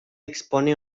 expone